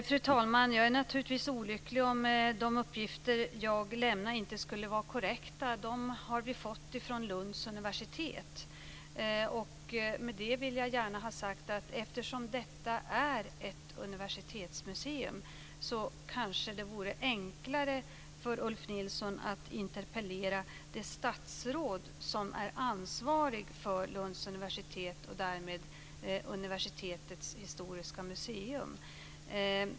Fru talman! Jag är naturligtvis olycklig om de uppgifter som jag lämnat inte skulle vara korrekta. Uppgifterna har vi fått från Lunds universitet. Med detta vill jag gärna ha sagt att det, eftersom det är fråga om ett universitetsmuseum, kanske vore enklare för Ulf Nilsson att interpellera det statsråd som är ansvarigt för Lunds universitet och därmed för universitetets historiska museum.